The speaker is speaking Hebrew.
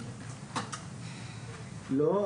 לא.